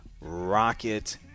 Rocket